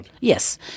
Yes